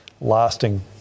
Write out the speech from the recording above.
lasting